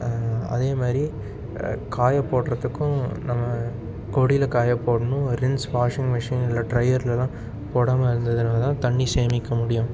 அதேமாதிரி காயபோடுறதுக்கும் நம்ம கொடியில் காய போடணும் ரின்ஸ் வாஷிங்மிஷினில் ட்ரையர்லெலாம் போடாமல் இருந்ததுனால் தான் தண்ணி சேமிக்க முடியும்